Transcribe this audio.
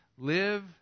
live